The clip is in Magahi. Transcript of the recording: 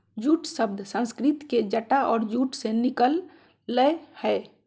जूट शब्द संस्कृत के जटा और जूट से निकल लय हें